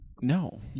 no